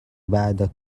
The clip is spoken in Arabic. بعض